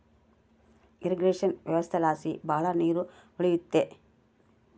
irrigation ವ್ಯವಸ್ಥೆಲಾಸಿ ಭಾಳ ನೀರ್ ಉಳಿಯುತ್ತೆ